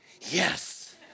Yes